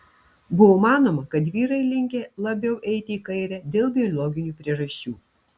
buvo manoma kad vyrai linkę labiau eiti į kairę dėl biologinių priežasčių